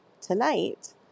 tonight